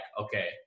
okay